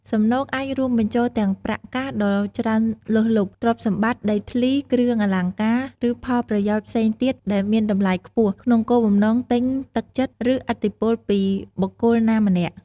សំណូក អាចរួមបញ្ចូលទាំងប្រាក់កាសដ៏ច្រើនលើសលប់ ទ្រព្យសម្បត្តិ ដីធ្លី គ្រឿងអលង្ការ ឬផលប្រយោជន៍ផ្សេងទៀតដែលមានតម្លៃខ្ពស់ ក្នុងគោលបំណងទិញទឹកចិត្ត ឬឥទ្ធិពលពីបុគ្គលណាម្នាក់។